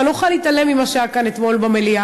אני לא יכולה להתעלם ממה שהיה כאן אתמול במליאה.